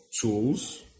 tools